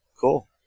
Cool